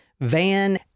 van